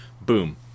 boom